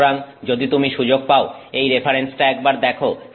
সুতরাং যদি তুমি সুযোগ পাও এই রেফারেন্সটা একবার দেখো